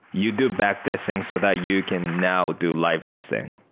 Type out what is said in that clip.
you do back testing so that you can now do live testing.